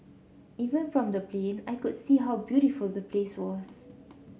even from the plane I could see how beautiful the place was